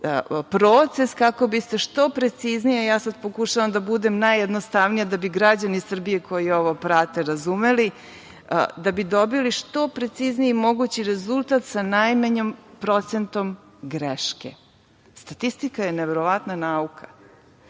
proces kako biste što preciznije, ja sad pokušavam da budem najjednostavnija da bi građani Srbije koji ovo prate razumeli, da bi dobili što precizniji mogući rezultat sa najmanjim procentom greške. Statistika je neverovatna nauka